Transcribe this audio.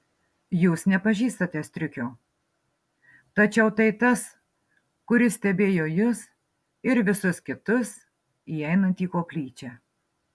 jūs nepažįstate striukio tačiau tai tas kuris stebėjo jus ir visus kitus įeinant į koplyčią